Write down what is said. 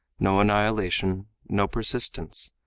no annihilation, no persistence,